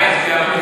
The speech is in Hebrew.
מה יצביע?